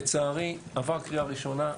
לצערי עבר קריאה ראשונה,